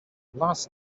last